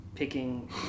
Picking